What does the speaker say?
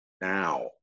now